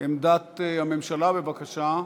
עמדת הממשלה, בבקשה.